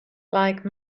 like